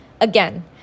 Again